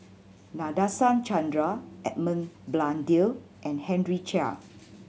Nadasen Chandra Edmund Blundell and Henry Chia